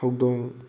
ꯍꯧꯗꯣꯡ